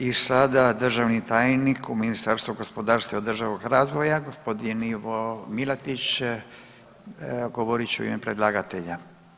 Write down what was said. I sada državni tajnik u Ministarstvu gospodarstva i održivog razvoja g. Ivo Milatić govorit će u ime predlagatelja.